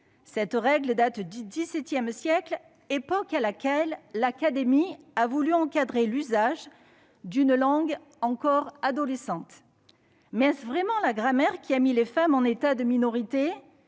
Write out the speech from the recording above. Cette règle date du XVII siècle, époque à laquelle l'Académie a voulu encadrer l'usage d'une langue encore adolescente. Mais est-ce vraiment la grammaire qui a mis les femmes en état de minorité ?